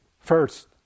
first